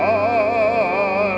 oh